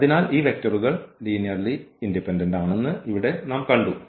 അതിനാൽ ഈ വെക്റ്ററുകൾ ലീനിയർലി ഇൻഡിപെൻഡന്റ് ആണെന്ന് ഇവിടെ നാം കണ്ടു